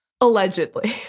Allegedly